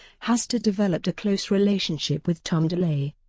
hastert developed a close relationship with tom delay,